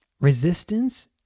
resistance